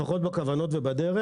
אופטימי לפחות לגבי הכוונות והדרך.